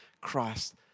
Christ